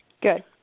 good